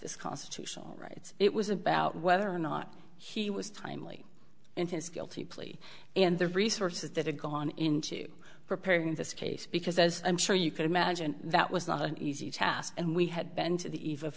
this constitutional rights it was about whether or not he was timely and his guilty plea and the resources that had gone into preparing this case because as i'm sure you can imagine that was not an easy task and we had been to the ev